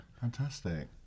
fantastic